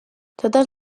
totes